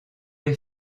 les